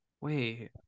wait